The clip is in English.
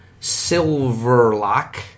Silverlock